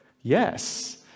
Yes